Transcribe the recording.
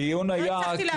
לא הצלחתי להבין.